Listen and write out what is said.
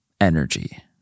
energy